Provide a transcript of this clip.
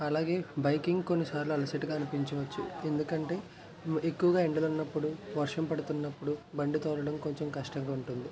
అలాగే బైకింగ్ కొన్నిసార్లు అలసటగా అనిపించవచ్చు ఎందుకంటే ఎక్కువగా ఎండలు ఉన్నప్పుడు వర్షం పడుతున్నప్పుడు బండి తోలడం కొంచెం కష్టంగా ఉంటుంది